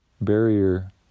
barrier